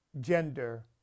gender